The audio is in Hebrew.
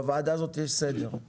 בוועדה הזאת יש סדר.